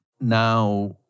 now